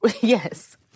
Yes